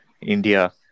India